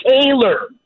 Taylor